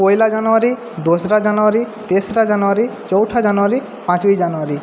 পয়লা জানুয়ারি দোসরা জানুয়ারি তেসরা জানুয়ারি চৌঠা জানুয়ারি পাঁচই জানুয়ারি